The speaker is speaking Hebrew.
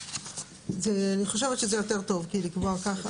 אני חושבת שזה יותר טוב לקבוע כך.